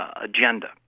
agenda